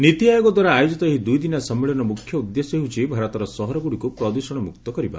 ନୀତି ଆୟୋଗ ଦ୍ୱାରା ଆୟୋଜିତ ଏହି ଦୁଇଦିନିଆ ସମ୍ମିଳନୀର ମୁଖ୍ୟ ଉଦ୍ଦେଶ୍ୟ ରହିଛି ଭାରତର ସହରଗୁଡିକୁ ପ୍ରଦୂଷଣ ମୁକ୍ତ କରିବା